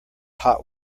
hot